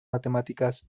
matemáticas